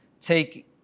take